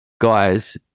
guys